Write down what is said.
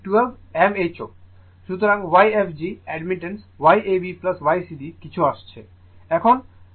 সুতরাং Yfg admittance Yab Ycd কিছু আসছে